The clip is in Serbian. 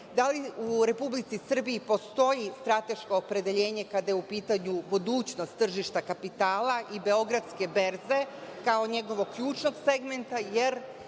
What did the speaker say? da li u Republici Srbiji postoji strateško opredeljenje kada je u pitanju budućnost tržišta kapitala i Beogradske berze, kao njegovog segmenta,